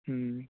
ହୁଁ